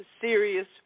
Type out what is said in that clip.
serious